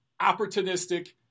opportunistic